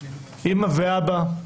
אימא ואבא,